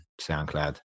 SoundCloud